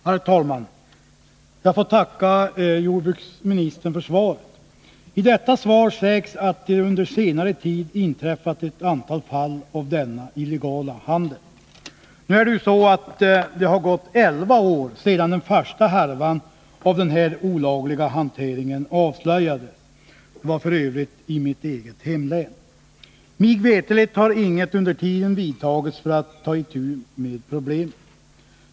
Herr talman! Jag får tacka jordbruksministern för svaret. I detta svar sägs att det under senare tid inträffat ett antal fall av illegal handel. Jag vill påpeka att det gått elva år sedan den första härvan av denna olagliga hantering avslöjades. Det var f. ö. i mitt hemlän. Mig veterligt har inget under tiden gjorts för att ta itu med problemen.